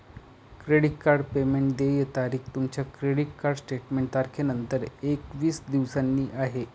credit card payment देय तारीख तुमच्या क्रेडिट कार्ड स्टेटमेंट तारखेनंतर एकवीस दिवसांनी आहे